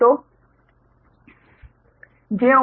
तो jωCanVLN